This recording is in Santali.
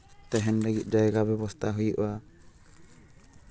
ᱛᱟᱦᱮᱱ ᱞᱟᱹᱜᱤᱫ ᱡᱟᱭᱜᱟ ᱵᱮᱵᱚᱥᱛᱷᱟ ᱦᱩᱭᱩᱜᱼᱟ